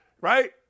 Right